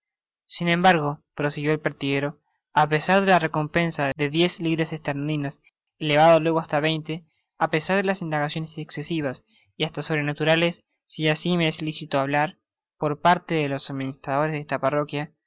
sin embargo prosiguió el pertiguero á pesar de la recompensa de diez libras esterlinas elevada luego hasta veinte á pesar de las indagaciones excesivas y hasta sobrenaturales si me es licito hablar asi por parte de los administradores de esta parroquia